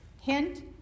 Hint